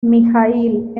mijaíl